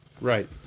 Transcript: Right